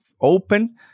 open